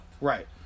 Right